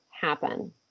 happen